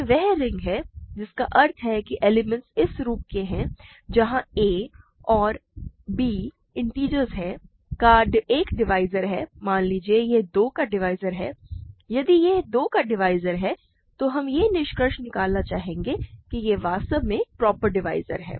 तो यह वह रिंग है जिसका अर्थ है कि एलिमेंट्स इस रूप के हैं जहां a और b इंटिजर्स हैं का एक डिवाइज़र है मान लीजिए यह 2 का डिवाइज़र है यदि यह 2 का डिवाइज़र है तो हम यह निष्कर्ष निकालना चाहेंगे कि यह वास्तव में एक प्रॉपर डिवाइज़र है